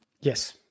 Yes